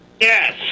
Yes